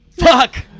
fuck!